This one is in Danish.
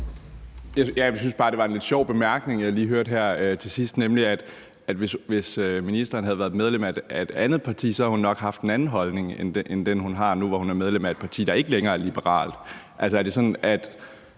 Jeg synes bare, at det var en lidt sjov bemærkning, jeg lige hørte her til sidst, nemlig at hvis ministeren havde været medlem af et andet parti, havde hun nok haft en anden holdning end den, hun har nu, hvor hun ikke længere er medlem af et parti, der er liberalt. Altså, er det sådan, at